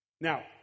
Now